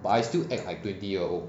but I still act like twenty year old